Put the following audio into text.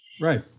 Right